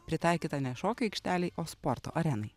pritaikytą ne šokių aikštelei o sporto arenai